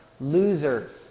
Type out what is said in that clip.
losers